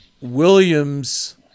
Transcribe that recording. Williams